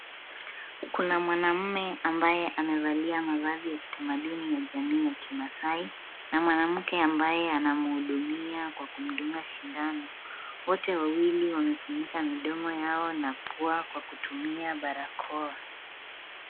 Kuna mwanamume ambaye amevalia mavazi ya kitamaduni ya jamii ya kimaasai na mwanamke ambaye anamhudumia kwa kumdunga sindano. Wote wawili wamefunika midomo yao na pua kwa kutumia barakoa.